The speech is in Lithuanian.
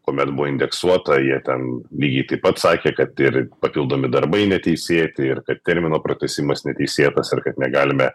kuomet buvo indeksuota jie ten lygiai taip pat sakė kad ir papildomi darbai neteisėti ir kad termino pratęsimas neteisėtas ir kad negalime